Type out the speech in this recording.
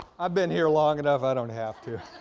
i've been here long enough, i don't have to.